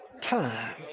time